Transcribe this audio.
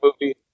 movie